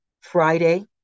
Friday